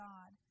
God